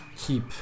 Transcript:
keep